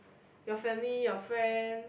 your family your friends